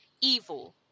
evil